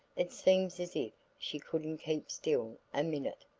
it seems as if she could'nt keep still a minute.